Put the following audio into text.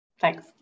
thanks